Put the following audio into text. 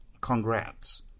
congrats